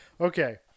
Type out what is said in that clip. Okay